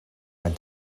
mijn